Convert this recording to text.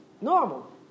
normal